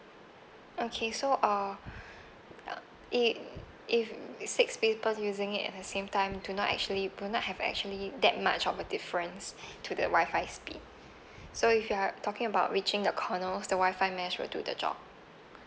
okay so uh it if six people using it at the same time do not actually would not have actually that much of a difference to the wifi speed so if you are talking about reaching the corner the wifi mesh will do the job